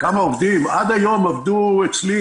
עד היום עבדו אצלי,